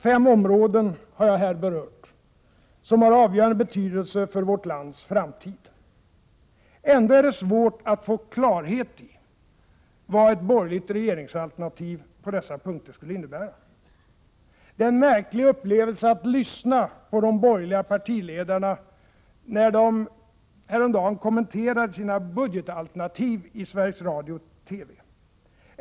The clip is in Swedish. Fem områden har jag här berört som har avgörande betydelse för vårt lands framtid. Ändå är det svårt att få klarhet i vad ett borgerligt regeringsalternativ på dessa punkter skulle innebära. Det var en märklig upplevelse att lyssna på de borgerliga partiledarna när de häromdagen kommenterade sina budgetalternativ i radio och TV.